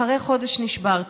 אחרי חודש נשברתי.